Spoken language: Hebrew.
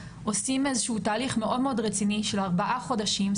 עושים איזשהו תהליך מאוד מאוד רציני של ארבעה חודשים.